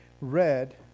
red